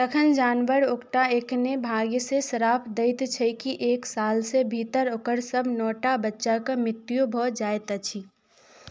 तखन जानवर ओकटा एकने भाग्यसँ श्राप दैत छै कि एक सालसँ भीतर ओकर सब नओ टा बच्चाके मृत्यु भऽ जाएत अछि